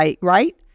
right